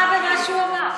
אז מה רע במה שהוא אמר?